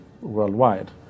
worldwide